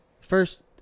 First